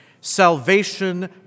Salvation